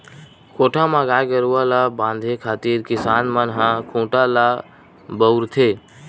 कोठा म गाय गरुवा ल बांधे खातिर किसान मन ह खूटा ल बउरथे